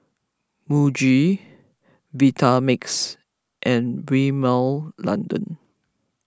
Muji Vitamix and Rimmel London